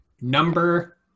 Number